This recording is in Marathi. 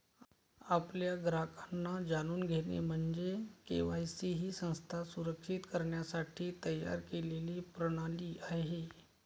आपल्या ग्राहकांना जाणून घेणे म्हणजे के.वाय.सी ही संस्था सुरक्षित करण्यासाठी तयार केलेली प्रणाली आहे